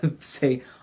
say